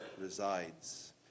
resides